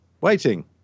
Waiting